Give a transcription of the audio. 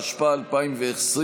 התשפ"א 2020,